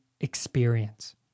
experience